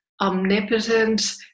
omnipotent